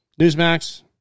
Newsmax